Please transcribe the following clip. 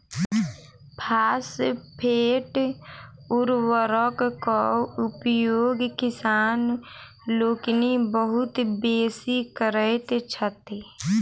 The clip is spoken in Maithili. फास्फेट उर्वरकक उपयोग किसान लोकनि बहुत बेसी करैत छथि